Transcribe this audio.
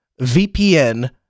VPN